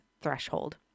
threshold